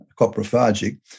coprophagic